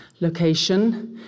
location